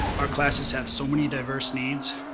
our classes have so many diverse needs.